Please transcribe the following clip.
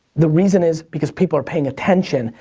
the reason is because people are paying attention,